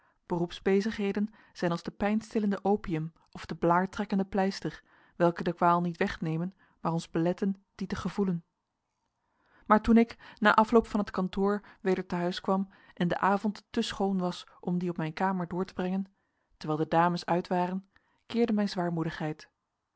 beroepsbezigheden zijn als de pijnstillende opium of de blaartrekkende pleister welke de kwaal niet wegnemen maar ons beletten die te gevoelen maar toen ik na afloop van het kantoor weder te huis kwam en de avond te schoon was om dien op mijn kamer door te brengen terwijl de dames uit waren keerde mijn zwaarmoedigheid